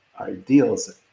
ideals